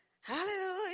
hallelujah